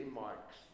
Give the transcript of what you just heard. marks